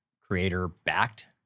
creator-backed